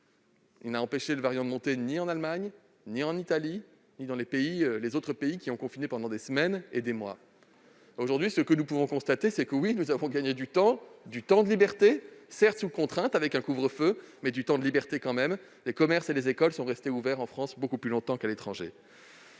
n'a empêché le variant de monter ni en Allemagne, ni en Italie, ni dans les autres pays qui ont confiné pendant des semaines et des mois. Aujourd'hui, nous pouvons constater que nous avons gagné du temps, du temps de liberté, certes sous contrainte et avec un couvre-feu, mais du temps de liberté quand même. Les commerces et les écoles sont restés ouverts en France beaucoup plus longtemps qu'à l'étranger.